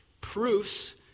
proofs